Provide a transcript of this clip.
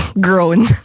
groan